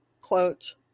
quote